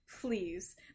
Please